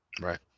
Right